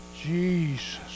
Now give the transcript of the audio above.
jesus